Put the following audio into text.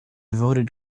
voted